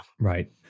Right